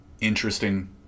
interesting